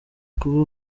kuba